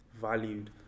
valued